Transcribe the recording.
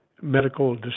medical